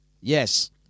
yes